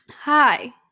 hi